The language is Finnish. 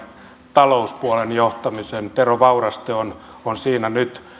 talouspuolen johtamisen tero vauraste on on nyt siinä